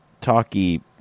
talky